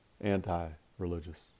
anti-religious